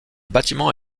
bâtiment